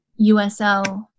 USL